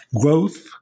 Growth